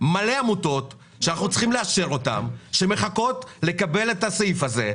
מלא עמותות שאנחנו צריכים לאשר ושממתינות לסעיף זה.